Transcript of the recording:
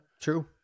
true